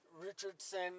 Richardson